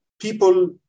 people